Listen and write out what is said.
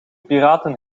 piraten